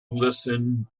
listen